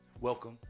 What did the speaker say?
welcome